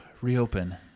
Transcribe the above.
reopen